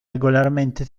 regolarmente